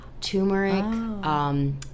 turmeric